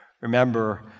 Remember